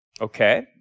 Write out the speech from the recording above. Okay